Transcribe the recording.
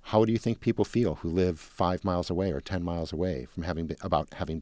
how do you think people feel who live five miles away or ten miles away from having been about having